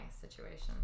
situation